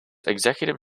executive